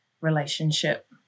relationship